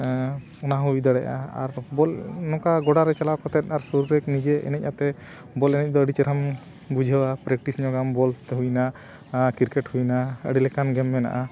ᱚᱱᱟ ᱦᱚᱸ ᱦᱩᱭ ᱫᱟᱲᱮᱭᱟᱜᱼᱟ ᱟᱨ ᱵᱚᱞ ᱱᱚᱝᱠᱟ ᱜᱚᱰᱟᱨᱮ ᱪᱟᱞᱟᱣ ᱠᱟᱛᱮ ᱟᱨ ᱥᱩᱨ ᱨᱮᱠ ᱱᱤᱡᱮ ᱮᱱᱮᱡ ᱟᱛᱮᱜ ᱵᱚᱞ ᱮᱱᱮᱡ ᱫᱚ ᱟᱹᱰᱤ ᱪᱮᱦᱨᱟᱢ ᱵᱩᱡᱷᱟᱹᱣᱟ ᱯᱨᱮᱠᱴᱤᱥ ᱧᱚᱜ ᱟᱢ ᱵᱚᱞ ᱛᱮ ᱦᱩᱭᱱᱟ ᱠᱨᱤᱠᱮᱴ ᱦᱩᱭᱱᱟ ᱟᱹᱰᱤ ᱞᱮᱠᱟᱱ ᱜᱮᱢ ᱢᱮᱱᱟᱜᱼᱟ